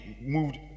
moved